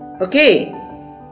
Okay